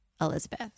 Elizabeth